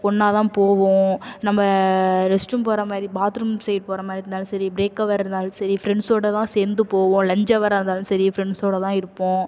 ஒன்றா தான் போவோம் நம்ம ரெஸ்ட் ரூம் போகிற மாதிரி பாத்ரூம் சைட் போகிற மாதிரி இருந்தாலும் சரி ப்ரேக் ஹவர் இருந்தாலும் சரி ஃப்ரெண்ட்ஸோட தான் சேர்ந்து போவோம் லன்ச் ஹவராக இருந்தாலும் சரி ஃப்ரெண்ட்ஸோட தான் இருப்போம்